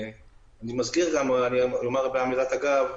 אומר באמירת אגב,